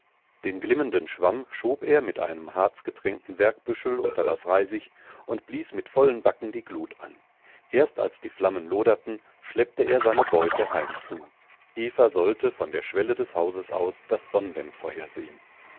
den glimmenden schwamm schob er mit einem harzgetränkten wergbüschel unter das reisig und blies mit vollen backen die glut an erst als die flammen loderten schleppte er seine beute heimzu eva sollte von der schwelle des hauses aus das sonnwendfeuer sehen